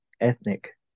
ethnic